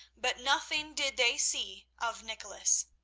but nothing did they see of nicholas.